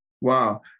Wow